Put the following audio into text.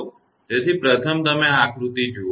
તેથી પ્રથમ તમે આ આકૃતિ ડાયાગ્રામ જુઓ